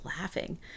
laughing